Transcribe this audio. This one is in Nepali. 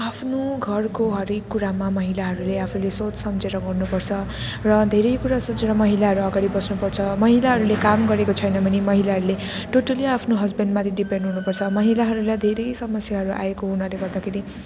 आफ्नो घरको हरेक कुरामा महिलाहरूले आफूले सोच सम्झेर गर्नुपर्छ र धेरै कुरा सोचेर महिलाहरू अगाडि बस्नुपर्छ महिलाहरूले काम गरेको छैन भने महिलाहरूले टोटली आफ्नो हस्बेन्ड माथि डिपेन्ड हुनुपर्छ माहिलाहरूलाई धेरै समस्याहरू आएको हुनाले गर्दाखेरि